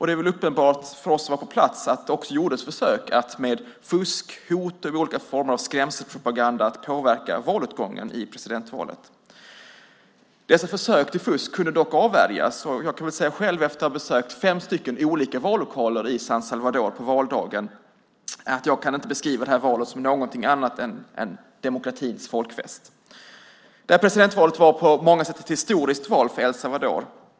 Det är uppenbart för oss som var på plats att det också gjordes försök att med fusk, hot och olika former av skrämselpropaganda påverka valutgången i presidentvalet. Dessa försök till fusk kunde dock avvärjas. Jag kan säga själv efter att ha besökt fem stycken olika vallokaler i San Salvador på valdagen att jag inte kan beskriva valet som någonting annat än en demokratins folkfest. Detta presidentval var på många sätt ett historiskt val för El Salvador.